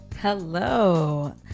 Hello